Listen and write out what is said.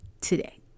today